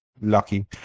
lucky